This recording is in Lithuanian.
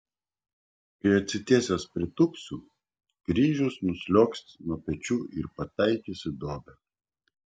kai atsitiesęs pritūpsiu kryžius nusliuogs nuo pečių ir pataikys į duobę